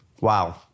Wow